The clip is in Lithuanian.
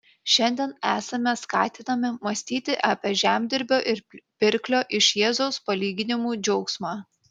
šiandien esame skatinami mąstyti apie žemdirbio ir pirklio iš jėzaus palyginimų džiaugsmą